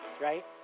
right